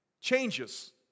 changes